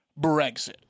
Brexit